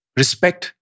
respect